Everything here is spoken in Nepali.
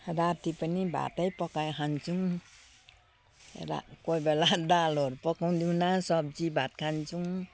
राति पनि भातै पकाई खान्छौँ रा कोही बेला दालहरू पकाउँदैनौँ सब्जी भात खान्छौँ